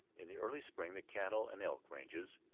in the early spring the cattle and elk ranges,